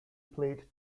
played